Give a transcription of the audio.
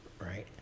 right